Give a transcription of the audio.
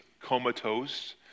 comatose